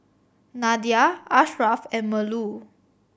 Nadia Ashraf and Melur